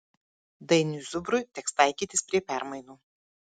dainiui zubrui teks taikytis prie permainų